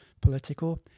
political